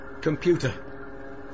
Computer